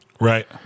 Right